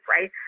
Right